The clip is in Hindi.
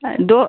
हाँ दो